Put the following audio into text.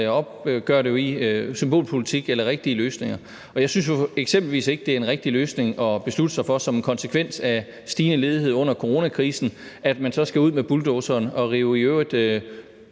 opgør det jo i symbolpolitik eller rigtige løsninger. Og jeg synes jo eksempelvis ikke, det er en rigtig løsning at beslutte sig for som en konsekvens af stigende ledighed under coronakrisen, at man skal ud med bulldozeren og rive i øvrigt